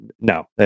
no